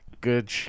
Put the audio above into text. Good